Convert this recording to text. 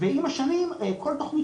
עם השנים כל תוכנית